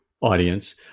audience